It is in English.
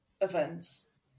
events